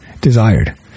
desired